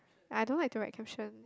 ya I don't like to write caption